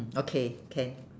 okay can